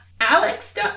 Alex